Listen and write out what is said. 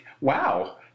wow